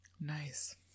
Nice